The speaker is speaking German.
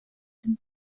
dem